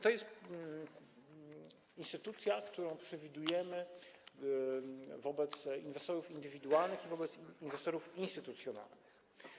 To jest instytucja, którą przewidujemy wobec inwestorów indywidualnych i wobec inwestorów instytucjonalnych.